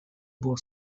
było